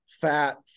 fat